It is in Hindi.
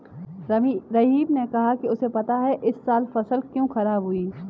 रहीम ने कहा कि उसे पता है इस साल फसल क्यों खराब हुई